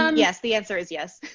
um yes, the answer is yes.